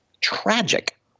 tragic